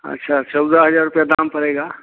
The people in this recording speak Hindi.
अच्छा चौदह हजार रुपये दाम पड़ेगा